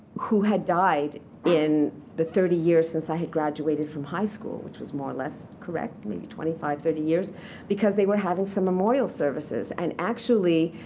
who had died in the thirty years since i had graduated from high school, which was more or less correct maybe twenty five, thirty years because they were having some memorial services. and actually,